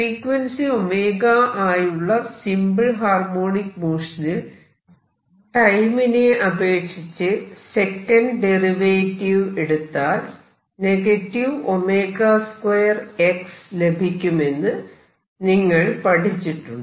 frequency ω ആയുള്ള simple harmonic മോഷനിൽ ടൈമിനെ അപേക്ഷിച്ച് സെക്കന്റ് ഡെറിവേറ്റീവ് എടുത്താൽ ω2x ലഭിക്കുമെന്ന് നിങ്ങൾ പഠിച്ചിട്ടുണ്ട്